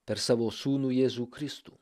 per savo sūnų jėzų kristų